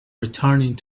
returning